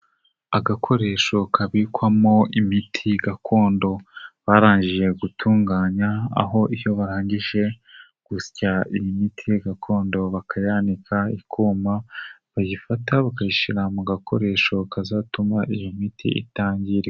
Agakoresho kabikwamo imiti gakondo, barangije gutunganya aho iyo barangije gusya iyi miti gakondo bakayanika ikuma bayifata bakayishira mu gakoresho kazatuma iyi miti itangiri...